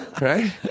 Right